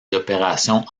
opérations